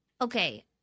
Okay